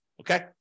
okay